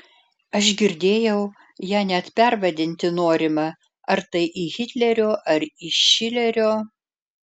aš girdėjau ją net pervadinti norima ar tai į hitlerio ar į šilerio